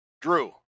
Drew